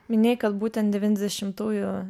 minėjai kad būtent devyniasdešimtųjų